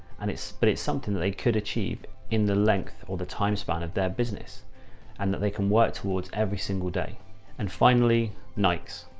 and but it's something that they could achieve in the length or the time span of their business and that they can work towards every single day and finally nikes.